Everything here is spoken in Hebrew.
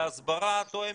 להסברה תואמת.